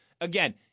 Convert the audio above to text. Again